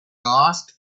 asked